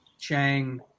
Chang